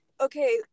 okay